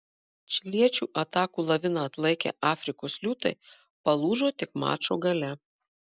čiliečių atakų laviną atlaikę afrikos liūtai palūžo tik mačo gale